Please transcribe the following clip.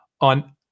on